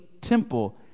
temple